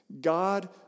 God